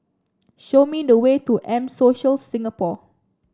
show me the way to M Social Singapore